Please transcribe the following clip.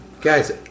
Guys